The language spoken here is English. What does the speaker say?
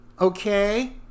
Okay